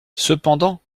cependant